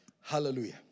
Hallelujah